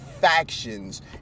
factions